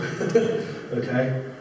okay